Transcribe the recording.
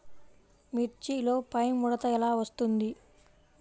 మిర్చిలో పైముడత ఎలా వస్తుంది?